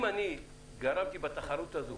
אם גררתי בתחרות הזאת,